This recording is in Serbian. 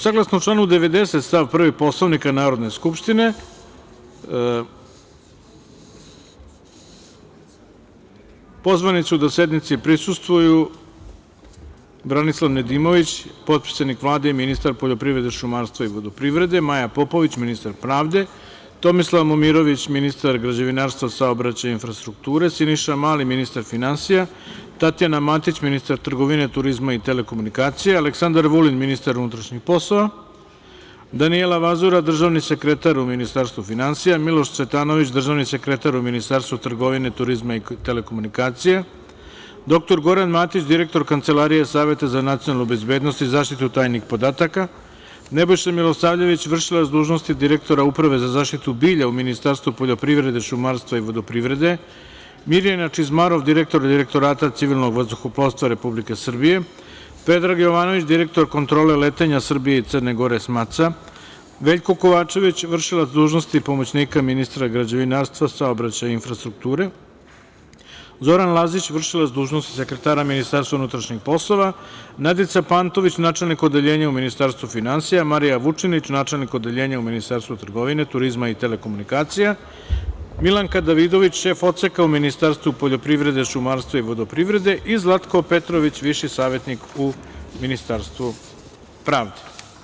Saglasno članu 90. stav 1. Poslovnika Narodne skupštine, pozvani su da sednici prisustvuju: Branislav Nedimović, potpredsednik Vlade i ministar poljoprivrede, šumarstva i vodoprivrede, Maja Popović, ministar pravde, Tomislav Momirović, ministar građevinarstva, saobraćaja i infrastrukture, Siniša Mali, ministar finansija, Tatjana Matić, ministar trgovine, turizma i telekomunikacija, Aleksandar Vulin, ministar unutrašnjih poslova, Danijela Vazura, državni sekretar u Ministarstvu finansija, Miloš Cvetanović, državni sekretar u Ministarstvu trgovine, turizma i telekomunikacija, dr Goran Matić, direktor Kancelarije Saveta za nacionalnu bezbednost i zaštitu tajnih podataka, Nebojša Milosavljević, vršilac dužnosti direktora Uprave za zaštitu bilja u Ministarstvu poljoprivrede, šumarstva i vodoprivrede, Mirjana Čizmarov, direktor Direktorata civilnog vazduhoplovstva Republike Srbije, Predrag Jovanović, direktor Kontrole letenja Srbije i Crne Gore, SMATSA, Veljko Kovačević, vršilac dužnosti pomoćnika ministra građevinarstva, saobraćaja i infrastrukture, Zoran Lazić, vršilac dužnosti sekretara Ministarstva unutrašnjih poslova, Nadica Pantović, načelnik Odeljenja u Ministarstvu finansija, Marija Vučinić, načelnik Odeljenja u Ministarstvu trgovine, turizma i telekomunikacija, Milanka Davidović, šef Odseka u Ministarstvu poljoprivrede, šumarstva i vodoprivrede i Zlatko Petrović, viši savetnik u Ministarstvu pravde.